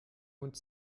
hund